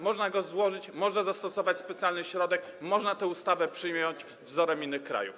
Można go złożyć, można zastosować specjalny środek, można tę ustawę przyjąć wzorem innych krajów.